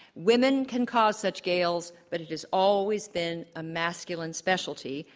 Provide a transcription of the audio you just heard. women can cause such gales, but it has always been a masculine specialty,